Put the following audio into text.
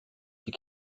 die